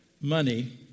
money